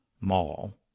mall